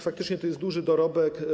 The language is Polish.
Faktycznie to jest duży dorobek.